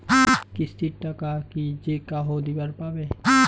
কিস্তির টাকা কি যেকাহো দিবার পাবে?